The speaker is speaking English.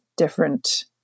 different